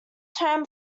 term